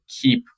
keep